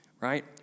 right